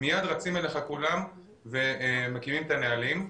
מיד רצים אליך כולם ומכירים את הנהלים.